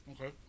Okay